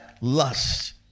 lust